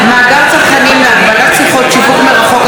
(מאגר צרכנים להגבלת שיחות שיווק מרחוק),